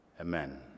amen